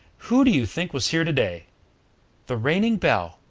who do you think was here to-day the reigning belle,